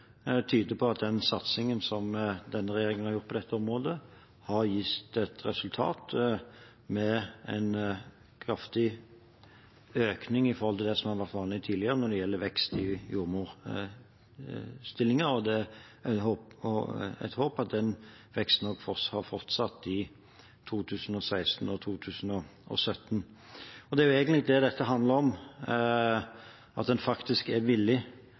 tyder på at den satsingen som denne regjeringen har gjort på dette området, har gitt som resultat en kraftigere økning enn det som har vært vanlig tidligere når det gjelder veksten i jordmorstillinger – og det er et håp at den veksten også har fortsatt i 2016 og 2017. Det er egentlig det dette handler om, at en faktisk er villig